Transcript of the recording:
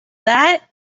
that